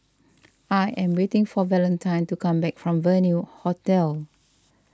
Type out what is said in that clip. I am waiting for Valentine to come back from Venue Hotel